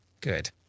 good